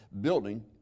building